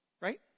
Right